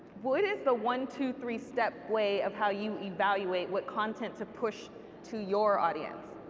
what is the one-two-three step way of how you evaluate what content to push to your audience?